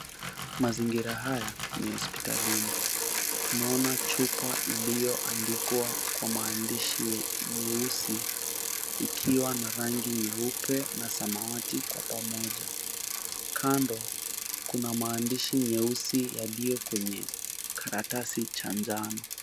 Mazingira haya ni ya hospitalini. Tunaona chupa iliyoandikwa kwa maandishi nyeusi ikiwa na rangi nyeupe na samawati kwa pamoja. Kando kuna maandishi nyeusi yaliyo kwenye karatasi cha njano.